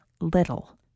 little